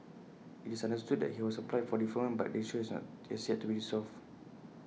IT is understood that he has applied for deferment but the issue has yet to be resolved